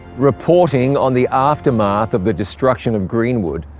reporting on the aftermath of the destruction of greenwood,